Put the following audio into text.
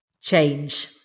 change